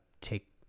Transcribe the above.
take